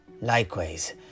Likewise